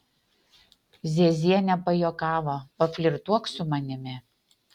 ziezienė pajuokavo paflirtuok su manimi